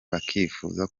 bakifuza